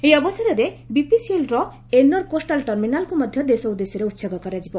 ଏହି ଅବସରରେ ବିପିସିଏଲ୍ର ଏନୋର୍ କୋଷ୍ଟାଲ ଟର୍ମିନାଲକୁ ମଧ୍ୟ ଦେଶ ଉଦ୍ଦେଶ୍ୟରେ ଉତ୍ସର୍ଗ କରାଯିବ